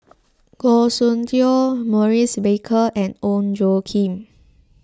Goh Soon Tioe Maurice Baker and Ong Tjoe Kim